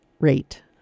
rate